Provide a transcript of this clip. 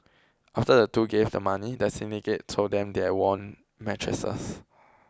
after the two gave the money the syndicate told them that they won mattresses